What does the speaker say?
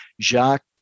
jacques